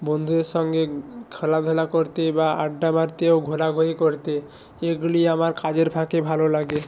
বন্ধুদের সঙ্গে খেলাধুলা করতে বা আড্ডা মারতে ও ঘোরাঘুরি করতে এগুলি আমার কাজের ফাঁকে ভালো লাগে